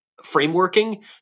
frameworking